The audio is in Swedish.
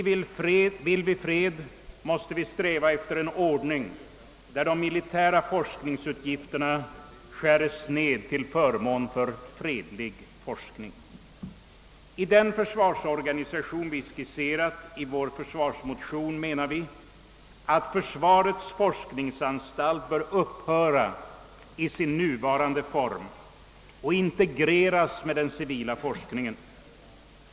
Vill vi fred måste vi sträva efter en ordning där de militära forskningsutgifterna skäres ned till förmån för fredlig forskning. I den försvarsorganisation vi skisserat i vår försvarsmotion menar vi att försvarets forskningsanstalt bör upphöra i sin nuvarande form och integreras med den civila forskningen.